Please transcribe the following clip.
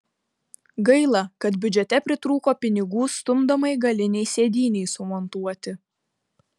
gaila kad biudžete pritrūko pinigų stumdomai galinei sėdynei sumontuoti